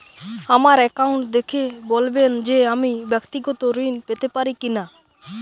আমার অ্যাকাউন্ট দেখে বলবেন যে আমি ব্যাক্তিগত ঋণ পেতে পারি কি না?